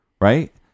Right